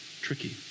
Tricky